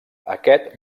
aquest